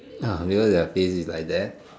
no because their face is like that